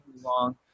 long